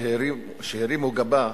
שהרימו גבה,